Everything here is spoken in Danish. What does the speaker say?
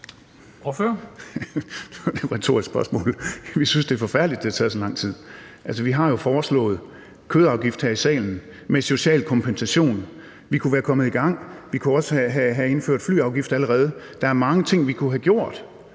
i salen foreslået en kødafgift med social kompensation. Vi kunne være kommet i gang, vi kunne også allerede have indført en flyafgift. Der er mange ting, vi kunne have gjort.